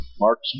Mark's